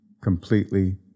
completely